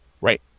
right